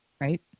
right